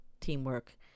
teamwork